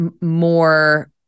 more